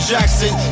Jackson